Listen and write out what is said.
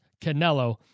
Canelo